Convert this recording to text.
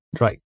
right